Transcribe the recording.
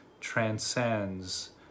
transcends